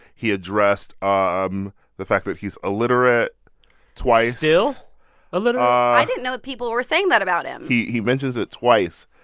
he addressed um the the fact that he's illiterate twice still illiterate? i didn't know people were saying that about him he he mentions it twice.